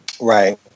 Right